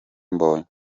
mbonyi